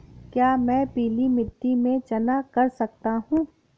क्या मैं पीली मिट्टी में चना कर सकता हूँ?